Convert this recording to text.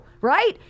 right